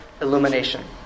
illumination